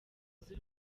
z’u